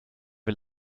wir